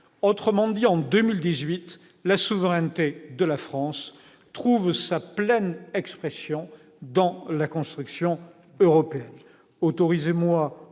et objectifs. En 2018, la souveraineté de la France trouve sa pleine expression dans la construction européenne.